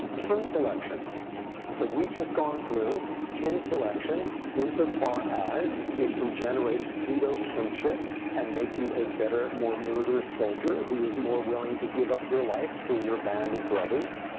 kin selection so we've just gone through kin selection insofar as it can generate pseudo kinship and make you a better, more murderous soldier who is more willing to give up your life for your band of brothers.